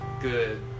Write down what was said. good